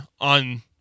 on